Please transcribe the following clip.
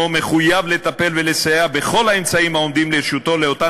מחויב לטפל ולסייע בכל האמצעים העומדים לרשותו לאותן